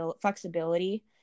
flexibility